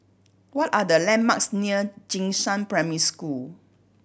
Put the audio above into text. what are the landmarks near Jing Shan Primary School